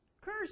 Curse